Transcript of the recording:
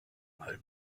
mal